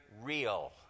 real